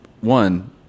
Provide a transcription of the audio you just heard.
one